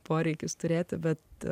poreikis turėti bet